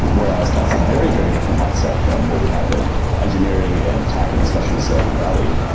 whereas, that's a very, very different mindset from what we have in engineering and tech and especially in silicon valley,